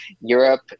Europe